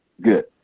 good